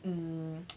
um